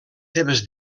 seves